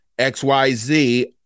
XYZ